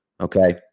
Okay